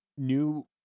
New